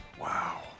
Wow